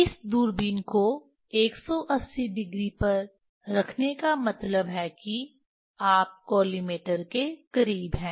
इस दूरबीन को 180 डिग्री पर रखने का मतलब है कि आप कॉलिमेटर के करीब हैं